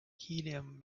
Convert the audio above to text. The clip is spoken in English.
helium